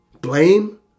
blame